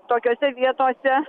tokiose vietose